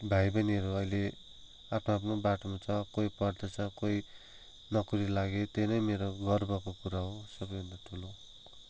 भाइबहिनीहरू अहिले आफ्नो आफ्नो बाटोमा छ कोही पढ्दैछ कोही नोकरी लागे त्यही नै मेरो गर्वको कुरा हो सबैभन्दा ठुलो